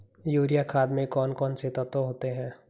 Urea खाद में कौन कौन से तत्व होते हैं?